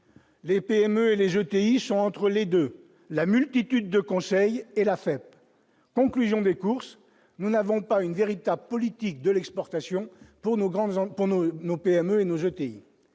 les PME et les jeter, ils sont entre les 2, la multitude de conseils et la fête conclusion des courses, nous n'avons pas une véritable politique de l'exportation pour nos grandes zones